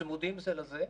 צמודים זה לזה,